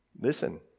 Listen